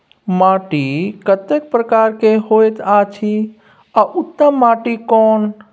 माटी कतेक प्रकार के होयत अछि आ उत्तम माटी कोन?